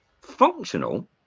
functional